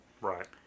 Right